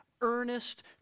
earnest